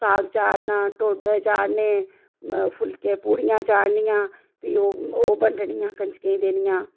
साग चाढ़ना टोडे चाढ़ने फुलके पूड़ियां चाढ़नियां फ्ही ओह् ओह् बंडनियां कजकें गी देनियां